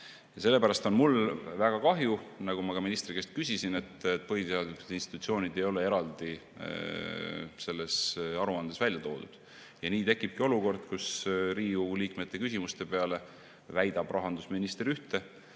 Sellepärast on mul väga kahju, nagu ma ministri käest küsides ka ütlesin, et põhiseaduslikke institutsioone ei ole eraldi selles aruandes välja toodud. Nii tekibki olukord, kus Riigikogu liikmete küsimuste peale väidab rahandusminister ühte,